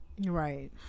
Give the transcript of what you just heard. right